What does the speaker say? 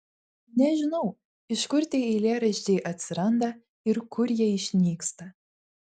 nežinau iš kur tie eilėraščiai atsiranda ir kur jie išnyksta